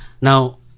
Now